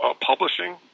Publishing